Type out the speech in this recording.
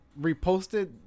reposted